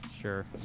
Sure